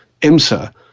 IMSA